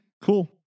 Cool